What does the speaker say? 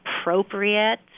appropriate